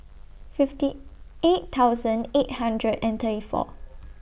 fifty eight thousand eight hundred and thirty four